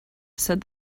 said